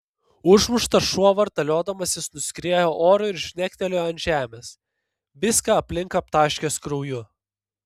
užmuštas šuo vartaliodamasis nuskriejo oru ir žnektelėjo ant žemės viską aplink aptaškęs krauju